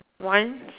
once